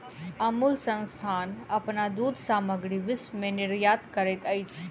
अमूल संस्थान अपन दूध सामग्री विश्व में निर्यात करैत अछि